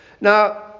Now